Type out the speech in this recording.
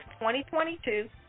2022